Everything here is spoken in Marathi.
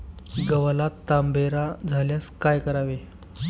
गव्हाला तांबेरा झाल्यास काय करावे?